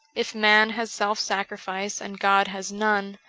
if man has self-sacrifice and god has none,